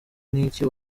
niki